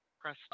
press